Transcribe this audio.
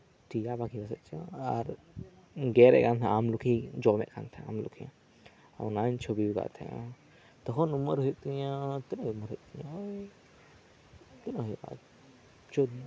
ᱴᱷᱤᱠ ᱜᱮᱭᱟ ᱵᱟᱠᱤ ᱯᱟᱥᱮᱪ ᱪᱚ ᱟᱨ ᱜᱮᱨᱮᱫ ᱠᱟᱱ ᱛᱟᱦᱮᱸᱫ ᱟᱭ ᱟᱢᱞᱚᱠᱤᱭ ᱡᱚᱢᱮᱫ ᱠᱟᱱ ᱛᱟᱦᱮᱸᱫᱼᱟ ᱟᱢᱞᱚᱠᱤ ᱚᱱᱟᱧ ᱪᱷᱚᱵᱤᱭᱟᱠᱟᱫ ᱛᱟᱦᱮᱸᱫᱼᱟ ᱛᱚᱠᱷᱚᱱ ᱩᱢᱮᱨ ᱦᱩᱭᱩᱜ ᱛᱤᱧᱟᱹ ᱛᱤᱱᱟᱹᱜ ᱩᱢᱮᱨ ᱦᱩᱭᱩᱜ ᱛᱤᱧᱟᱹ ᱳᱭ ᱛᱤᱱᱟᱹᱜ ᱜᱟᱱ ᱦᱩᱭᱩᱜᱼᱟ ᱪᱳᱫᱫᱳ